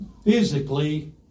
physically